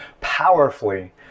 powerfully